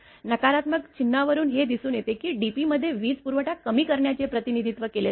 नकारात्मक चिन्हावरून हे दिसून येते की dp मध्ये वीज पुरवठा कमी करण्याचे प्रतिनिधित्व केले जाते